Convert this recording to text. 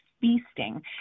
feasting